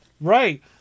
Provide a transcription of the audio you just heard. Right